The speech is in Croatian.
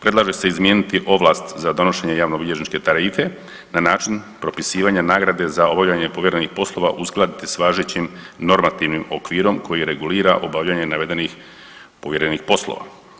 Predlaže se izmijeniti ovlast za donošenje javnobilježničke tarife na način propisivanjem nagrade za obavljanje povjerenih poslova uskladiti sa važećim normativnim okvirom koji regulira obavljanje navedenih povjerenih poslova.